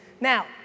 Now